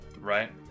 Right